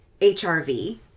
HRV